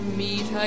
meet